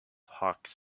hawks